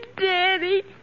Daddy